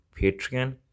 patreon